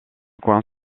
coin